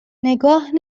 نگاه